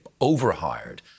overhired